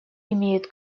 имеют